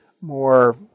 more